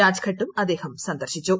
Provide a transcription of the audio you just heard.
രാജ്ഘട്ടും അദ്ദേഹം സന്ദർശിച്ചു